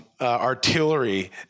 artillery